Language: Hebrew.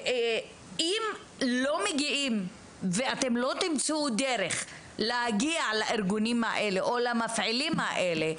אם לא מגיעים ואתם לא תמצאו דרך להגיע לארגונים האלה או למפעילים האלה,